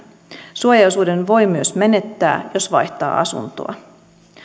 suojaosuuden voi myös menettää jos vaihtaa asuntoa